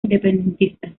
independentistas